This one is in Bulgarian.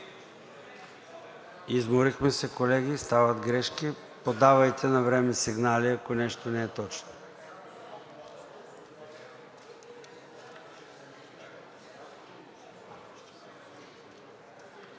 Изморихме се, колеги, стават грешки, подавайте навреме сигнали, ако нещо не е точно.